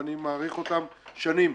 ואני מעריך אותם שנים.